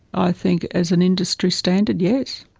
i think as an industry standard, yes.